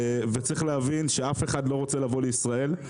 וצריך להבין שאף אחד לא רוצה לבוא לישראל.